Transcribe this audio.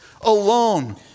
alone